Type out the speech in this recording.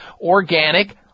Organic